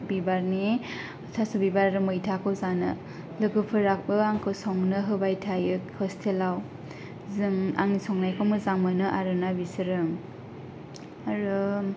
बिबारनि थास' बिबार मैथाखौ जानो लोगोफोराबो आंखौ संनो होबाय थायो हस्टेलाव जों आंनि संनायखौ मोजां मोनो आरोना बिसोरो आरो